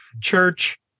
church